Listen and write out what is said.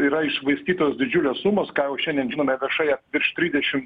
yra iššvaistytos didžiulės sumos ką jau šiandien žinome viešai virš trisdešim